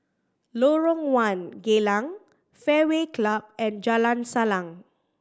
Lorong One Geylang Fairway Club and Jalan Salang